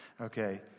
okay